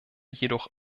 jedoch